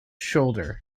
shoulder